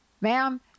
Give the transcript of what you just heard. ma'am